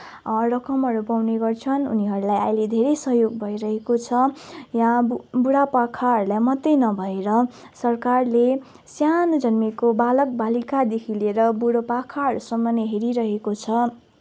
रकमहरू पाउने गर्छन् उनीहरूलाई अहिले धेरै सहयोग भइरहेको छ या बुढा पाकाहरूलाई मात्रै नभएर सरकारले सानो जन्मिएको बालक बालिकादेखि लिएर बुढो पाकाहरूसम्म नै हेरिरहेको छ